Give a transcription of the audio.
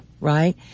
Right